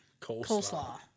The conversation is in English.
coleslaw